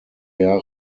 jahre